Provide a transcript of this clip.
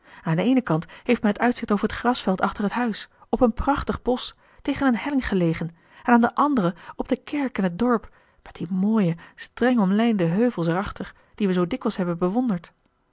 aan den eenen kant heeft men het uitzicht over het grasveld achter het huis op een prachtig bosch tegen een helling gelegen en aan den anderen op de kerk en het dorp met die mooie streng omlijnde heuvels er achter die we zoo dikwijls hebben bewonderd